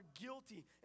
guilty